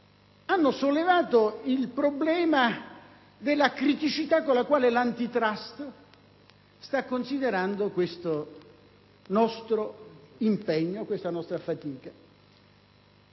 hanno sollevato il problema della criticità con cui l'*Antitrust* sta considerando il nostro impegno e la nostra fatica.